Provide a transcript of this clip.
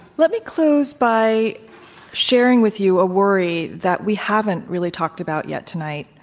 let me close by sharing with you a worry that we haven't really talked about yet tonight.